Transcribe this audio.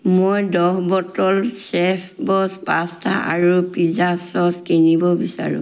মই দহ bottle chef বছ পাস্তা আৰু পিজ্জা ছচ কিনিব বিচাৰোঁ